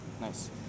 nice